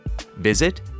Visit